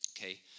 okay